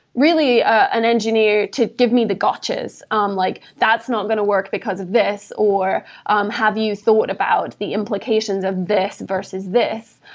really, an engineer to give me the gotches, um like, that's not going to work because of this, or um have you thought about the implications of this versus this?